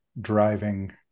driving